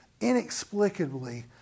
inexplicably